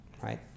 right